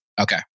Okay